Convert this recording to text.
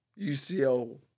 UCL